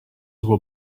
will